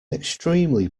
extremely